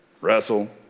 wrestle